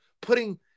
putting